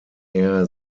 air